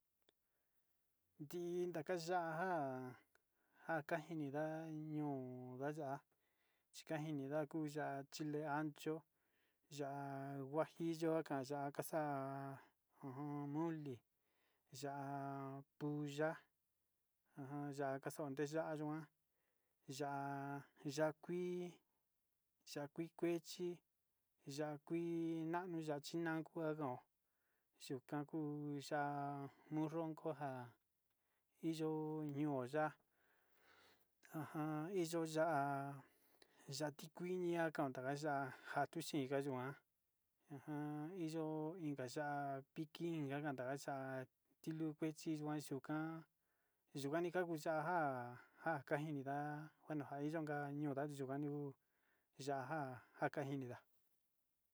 Ndii ndaka ya'á nja akajini nda'a, niu ndayá chika kuu nuu ya'á chí chile ancho ya'á huajillo akan ya'á kaxan nuluu, ya'á pulla, ajan kaxa'a tiya'a yikuan ya'á ya'á kui, ya'á kui kuechi, ya'á kui ano ya'á chinango nano yuu kanku ya'á moronko njan ño'o yuya ya'á tikuiña yuyo yá'a njan vichi njayuan an iyo inka ya'á piki yuan yikaya tilupe tukan yukanuu ya'a njan akanjini nda'a njanu ka iin yuka yuu kuanio ndaja njaka ini nda'a.